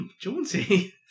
jaunty